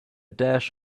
dash